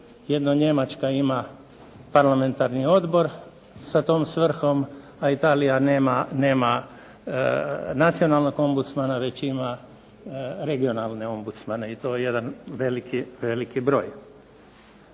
Jedna njemačka ima parlamentarni odbor sa tom svrhom, a Italija nema nacionalnog ombudsmana već ima regionalne ombudsmane i to jedan veliki broj.